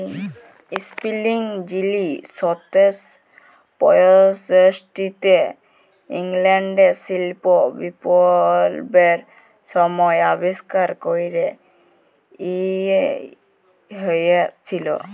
spinning যিলি সতের শ পয়ষট্টিতে ইংল্যাল্ডে শিল্প বিপ্লবের ছময় আবিষ্কার ক্যরা হঁইয়েছিল